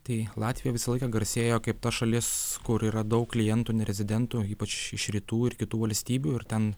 tai latvija visą laiką garsėjo kaip ta šalis kur yra daug klientų nerezidentų ypač iš rytų ir kitų valstybių ir ten